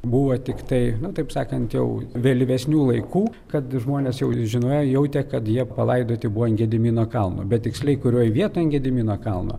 buvo tiktai na taip sakant jau vėlyvesnių laikų kad žmonės jau žinojo jautė kad jie palaidoti buvo ant gedimino kalno bet tiksliai kurioj vietoj ant gedimino kalno